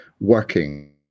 working